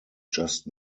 just